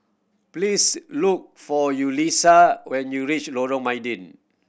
please look for Yulissa when you reach Lorong Mydin